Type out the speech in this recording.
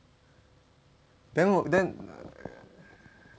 then 我 then